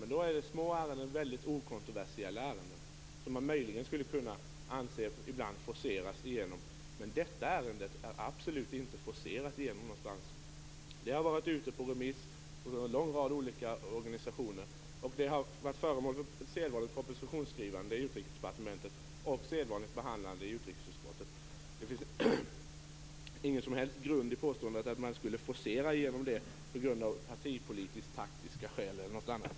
Men det är små och mycket okontroversiella ärenden som man möjligen skulle kunna anse ibland forceras igenom. Detta ärende är absolut inte forcerat igenom någonstans. Det har varit ute på remiss hos en lång rad olika organisationer, det har varit föremål för sedvanligt propositionsskrivande i Utrikesdepartementet och för sedvanligt behandlande i utrikesutskottet. Det finns ingen som helst grund i påståendet att man skulle ha forcerat igenom ärendet av partipolitiskt taktiska skäl eller något annat.